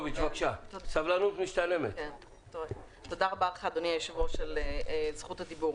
תודה רבה אדוני היושב ראש על זכות הדיבור.